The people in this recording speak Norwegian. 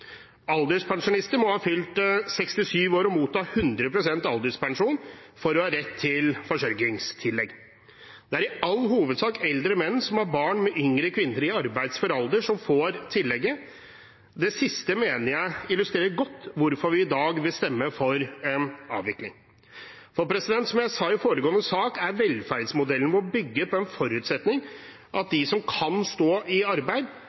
Alderspensjonister må ha fylt 67 år og motta 100 pst. alderspensjon for å ha rett til forsørgingstillegg. Det er i all hovedsak eldre menn som har barn med yngre kvinner i arbeidsfør alder, som får tillegget. Det siste mener jeg illustrerer godt hvorfor vi i dag vil stemme for en avvikling. Som jeg sa i foregående sak, er velferdsmodellen vår bygd på forutsetningen om at de som kan stå i arbeid,